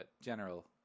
general